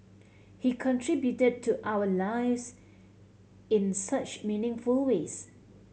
he contributed to our lives in such meaningful ways